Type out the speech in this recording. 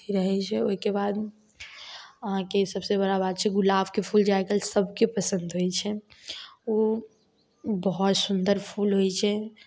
अथी रहय छै ओइके बाद अहाँके सबसँ बड़ा बात छै गुलाबके फूल जे आइकाल्हि सबके पसन्द होइ छै उ बहुत सुन्दर फूल होइ छै